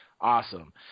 awesome